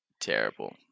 terrible